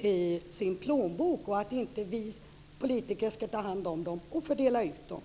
i sin plånbok. Det är inte vi politiker som ska ta hand om dem och fördela ut dem.